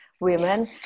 women